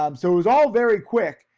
um so it was all very quick.